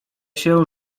się